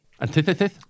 Antithesis